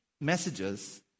messages